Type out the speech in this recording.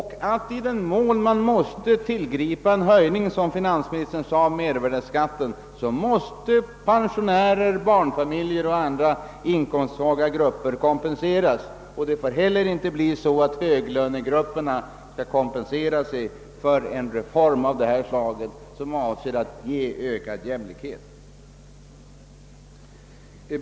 Jag är vidare glad över att finansministern sade att pensionärer, barnfamiljer och andra inkomstsvaga grupper måste kompenseras, om en höjning av mervärdeskatten måste tillgripas. Det får inte heller bli så att höglönegrupperna kompenserar sig för en reform av detta slag, som syftar till ökad jämlikhet.